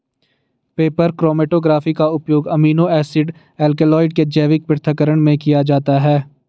paper chromatography का उपयोग amino acid alkaloid के जैविक पृथक्करण में किया जाता है